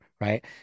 right